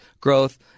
growth